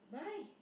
why